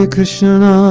Krishna